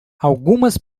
algumas